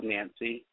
Nancy